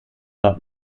dort